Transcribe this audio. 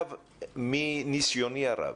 מניסיוני הרב,